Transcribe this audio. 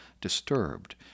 disturbed